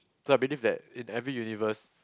so I believe that in every universe